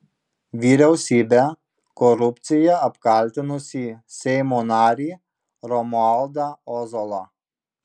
vyriausybę korupcija apkaltinusį seimo narį romualdą ozolą